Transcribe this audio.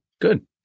Good